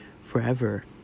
Forever